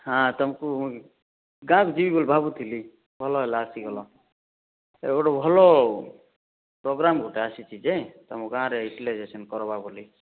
ହଁ ତମକୁ ଗାଁକୁ ଯିବି ବୋଲି ଭାବୁଥିଲି ଭଲ ହେଲା ଆସିଗଲ ଏ ଗୋଟିଏ ଭଲ ପ୍ରଗ୍ରାମ୍ ଗୋଟିଏ ଆସିଛି ଯେ ତୁମ ଗାଁରେ ୟୁଟିଲାଇଜେସନ୍ କରିବା ବୋଲି